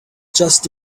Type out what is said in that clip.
just